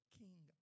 king